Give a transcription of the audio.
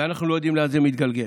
ואנחנו לא יודעים לאן זה מתגלגל.